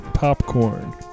Popcorn